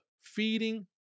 feeding